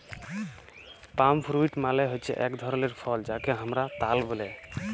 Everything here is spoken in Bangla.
পাম ফ্রুইট মালে হচ্যে এক ধরলের ফল যাকে হামরা তাল ব্যলে